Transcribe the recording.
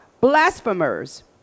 blasphemers